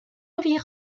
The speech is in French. environs